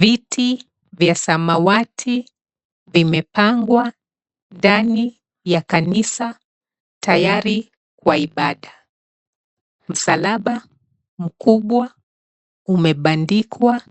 Viti vya samawati vimepangwa ndani ya kanisa tayari kwa ibada. Msalaba mkubwa umebandikwa